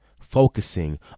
focusing